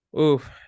Oof